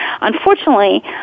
Unfortunately